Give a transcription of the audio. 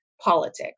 politics